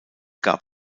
gab